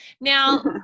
Now